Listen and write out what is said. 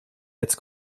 jetzt